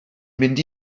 mynd